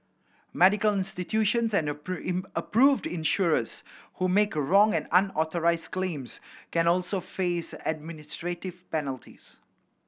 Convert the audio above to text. medical institutions and approved insurers who make wrong or unauthorised claims can also face administrative penalties